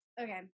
Okay